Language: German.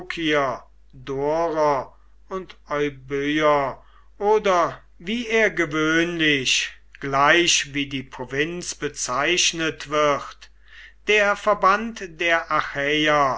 und eu oder wie er gewöhnlich gleich wie die provinz bezeichnet wird der verband der